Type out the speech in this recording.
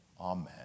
Amen